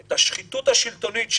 ואת גם מבצעת אותו נאמנה.